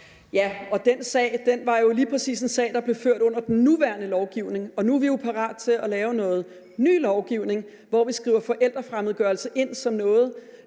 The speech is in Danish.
Den sag var jo lige præcis en sag, der blev ført under den nuværende lovgivning, og nu er vi jo parat til at lave noget ny lovgivning, hvor vi skriver forældrefremmedgørelse ind som noget,